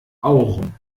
aurum